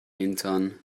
hintern